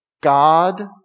God